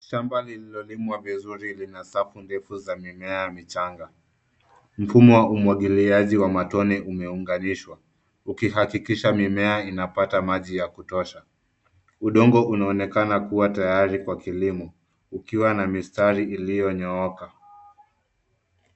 Shamba lililolimwa vizuri lina safu ndefu za mimea michanga. Mfumo wa umwagiliaji wa matone umeunganishwa, ukihakikisha mimea imepata maji ya kutosha. Udongo unaonekana kua tayari kwa kilimo, ukiwa na mistari liyonyooka.